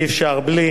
אי-אפשר בלי